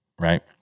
right